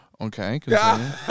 Okay